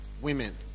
women